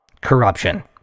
corruption